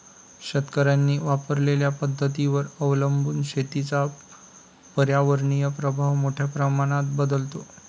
शेतकऱ्यांनी वापरलेल्या पद्धतींवर अवलंबून शेतीचा पर्यावरणीय प्रभाव मोठ्या प्रमाणात बदलतो